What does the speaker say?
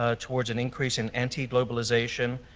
ah towards an increase in anti-globalization,